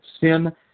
Sin